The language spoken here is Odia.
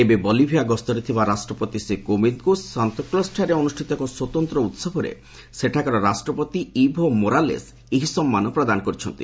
ଏବେ ବଲିଭିଆ ଗସ୍ତରେ ଥିବା ରାଷ୍ଟ୍ରପତି ଶ୍ରୀ କେବିନ୍ଦଙ୍କୁ ସାନ୍ତୁକ୍ଲଜ୍ଠାରେ ଅନୁଷ୍ଠିତ ଏକ ସ୍ୱତନ୍ତ ଉହବରେ ସେଠାକାର ରାଷ୍ଟ୍ରପତି ଇଭୋ ମୋରାଲେସ୍ ଏହି ସମ୍ମାନ ପ୍ରଦାନ କରିଛନ୍ତି